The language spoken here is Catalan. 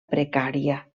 precària